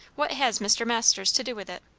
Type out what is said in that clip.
what has mr. masters to do with it?